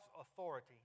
authority